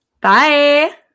Bye